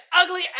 ugly